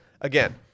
again